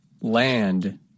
Land